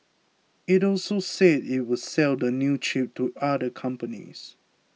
it also said it would sell the new chip to other companies